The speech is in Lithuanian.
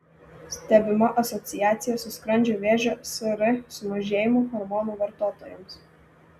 stebima asociacija su skrandžio vėžio sr sumažėjimu hormonų vartotojoms